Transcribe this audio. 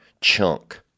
chunk